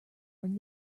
ring